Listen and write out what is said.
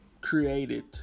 created